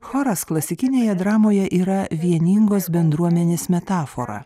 choras klasikinėje dramoje yra vieningos bendruomenės metafora